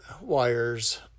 wires